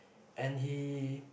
and he